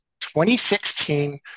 2016